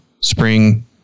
spring